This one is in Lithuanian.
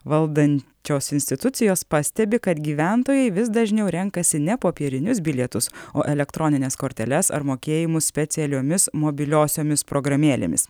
valdančios institucijos pastebi kad gyventojai vis dažniau renkasi ne popierinius bilietus o elektronines korteles ar mokėjimus specialiomis mobiliosiomis programėlėmis